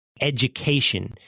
education